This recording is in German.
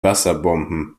wasserbomben